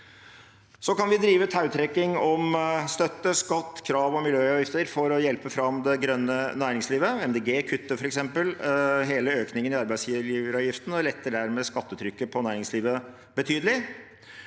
Så kan vi drive tautrekking om støtte, skatt, krav og miljøavgifter for å hjelpe fram det grønne næringslivet. Miljøpartiet De Grønne kutter f.eks. hele økningen i arbeidsgiveravgiften og letter dermed skattetrykket på næringslivet betydelig.